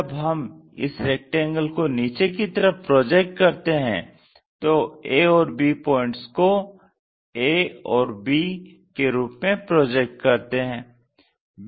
जब हम इस रेक्टेंगल को नीचे की तरफ प्रोजेक्ट करते हैं तो A और B पॉइंट्स को a और b के रूप में प्रोजेक्ट करते हैं